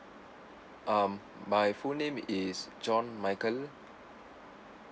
um my full name is john michael